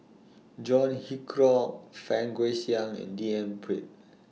John Hitchcock Fang Guixiang and D N Pritt